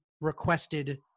requested